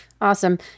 Awesome